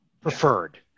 Preferred